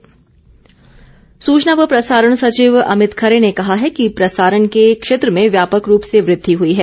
अमित खरे सूचना व प्रसारण सचिव अमित खरे ने कहा है कि प्रसारण के क्षेत्र में व्यापक रूप से वृद्धि हई है